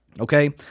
Okay